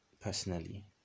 personally